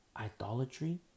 Idolatry